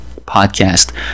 podcast